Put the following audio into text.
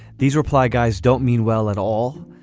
these reply guys don't mean well at all.